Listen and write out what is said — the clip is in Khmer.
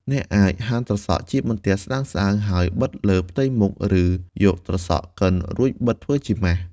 អ្នកអាចហាន់ត្រសក់ជាបន្ទះស្តើងៗ ហើយបិទលើផ្ទៃមុខ ឬយកត្រសក់កិនរួចបិទធ្វើជាម៉ាស។